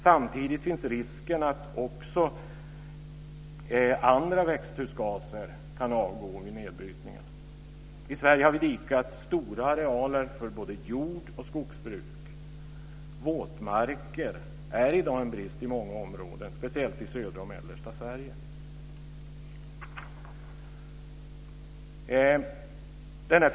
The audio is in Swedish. Samtidigt finns risken för att också andra växthusgaser kan avgå vid nedbrytningen. I Sverige har vi dikat stora arealer för både jordoch skogsbruk. Våtmarker är i dag en brist i många områden, speciellt i södra och mellersta Sverige.